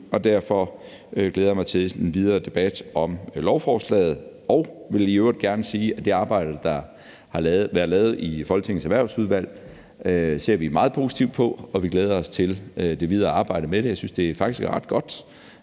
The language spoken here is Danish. og derfor glæder jeg mig til den videre debat om lovforslaget. Jeg vil i øvrigt gerne sige, at det arbejde, der har været lavet i Folketingets Erhvervsudvalg, ser vi meget positivt på, og vi glæder os til det videre arbejde med det. Jeg synes faktisk, det er